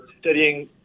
studying